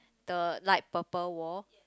the light purple wall